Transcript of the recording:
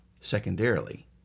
Secondarily